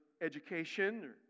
education